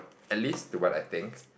at least to what I think